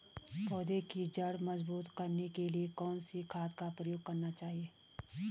पौधें की जड़ मजबूत करने के लिए कौन सी खाद का प्रयोग करना चाहिए?